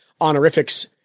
honorifics